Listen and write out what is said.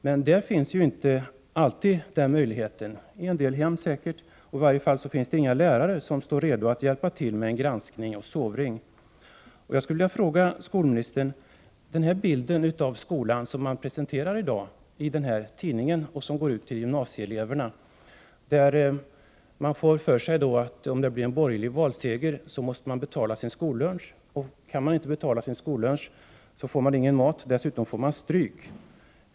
Men den möjligheten finns inte alltid i alla hem. I varje fall finns det inte några lärare som står redo att hjälpa till med granskning och sovring. Jag skulle vilja ställa en fråga till skolministern. Den bild av skolan som presenteras i det här häftet som går ut till gymnasieeleverna ger intrycket att man, om det blir en borgerlig valseger, måste betala sin skollunch, och kan man inte betala får man ingen lunch; man får stryk.